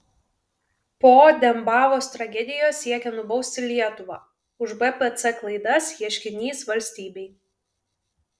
po dembavos tragedijos siekia nubausti lietuvą už bpc klaidas ieškinys valstybei